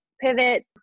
Pivot